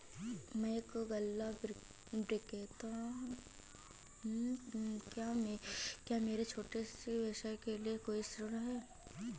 मैं एक गल्ला विक्रेता हूँ क्या मेरे छोटे से व्यवसाय के लिए कोई ऋण है?